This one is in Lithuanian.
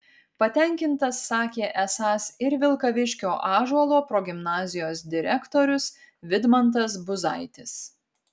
patenkintas sakė esąs ir vilkaviškio ąžuolo progimnazijos direktorius vidmantas buzaitis